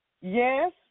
Yes